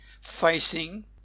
facing